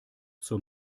zur